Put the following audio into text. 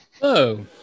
hello